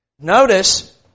Notice